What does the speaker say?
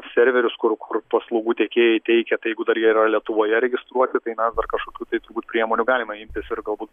serverius kur kur paslaugų tiekėjai teikia tai jeigu dar jie yra lietuvoje registruoti tai mes dar kažkokių tai turbūt priemonių galime imtis ir galbūt